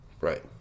Right